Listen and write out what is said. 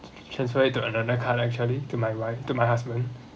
transfer it to another card actually to my wife to my husband